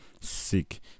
sick